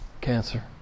cancer